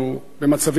במצבים אחרים,